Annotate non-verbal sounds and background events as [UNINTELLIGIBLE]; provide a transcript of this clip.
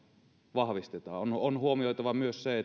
vahvistetaan on huomioitava myös se [UNINTELLIGIBLE]